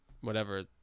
whatever-